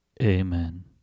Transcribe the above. amen